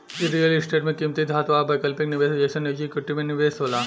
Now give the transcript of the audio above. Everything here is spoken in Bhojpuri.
इ रियल स्टेट में किमती धातु आ वैकल्पिक निवेश जइसन निजी इक्विटी में निवेश होला